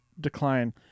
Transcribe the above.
decline